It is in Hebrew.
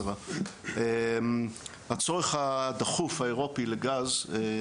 BCM. נושא שלישי בטווח הקצר זה שמחירי הגז הטבעי